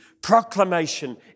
Proclamation